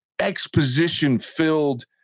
exposition-filled